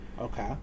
Okay